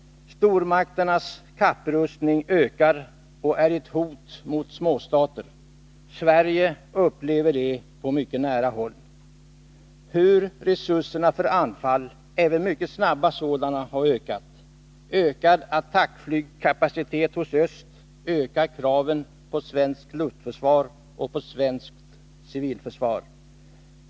Stormakternas kapprustning ökar och är ett hot mot småstater. Sverige upplever på mycket nära håll hur resurserna för anfall, även mycket snabba sådana, har ökat. Ökad attackflygkapacitet hos öst ökar kraven på svenskt luftförsvar och på svenskt civilförsvar.